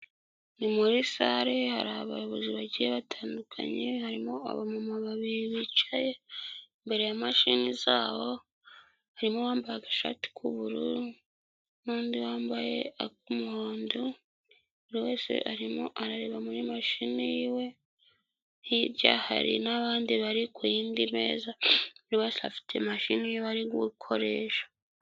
Ni muri sale hari abayobozi bake batandukanye, harimo abamama babiri bicaye imbere ya mashini zabo, harimo uwambaye agashati k'ubururu n'undi wambaye ak' umuhondo, buri wese arimo arareba muri mashini yiwe, hirya hari n'abandi bari ku yindi meza buri ruwese afite mashini yiwe ari gukoresha.